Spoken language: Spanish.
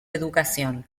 educación